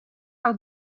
par